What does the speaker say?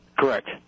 Correct